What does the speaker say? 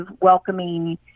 welcoming